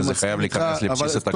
זה חייב להיכנס לבסיס התקציב.